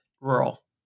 rural